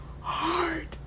hard